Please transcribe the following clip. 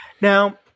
Now